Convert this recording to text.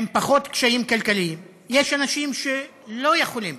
עם פחות קשיים כלכליים, יש אנשים שלא יכולים